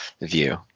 view